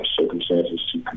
circumstances